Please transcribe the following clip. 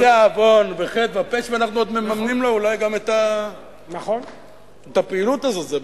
מבצע עוון וחטא ופשע ואנחנו עוד מממנים לו אולי את הפעילות הזאת.